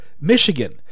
Michigan